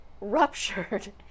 ruptured